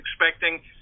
expecting